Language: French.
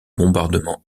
bombardement